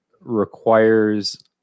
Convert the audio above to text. requires